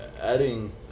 adding